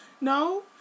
No